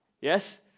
Yes